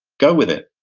go with it.